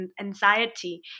anxiety